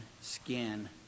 skin